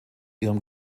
ihrem